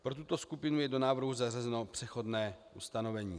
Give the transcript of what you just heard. Pro tuto skupinu je do návrhu zařazeno přechodné ustanovení.